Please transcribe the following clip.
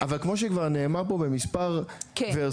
אבל כמו שכבר נאמר פה במספר וורסיות,